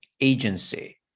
agency